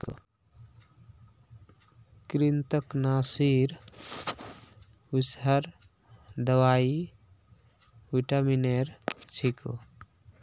कृन्तकनाशीर विषहर दवाई विटामिनेर छिको